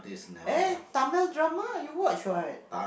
eh Tamil drama you watch [what]